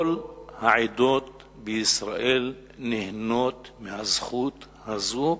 שכל העדות בישראל נהנות מהזכות הזאת,